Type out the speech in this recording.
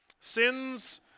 sins